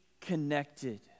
connected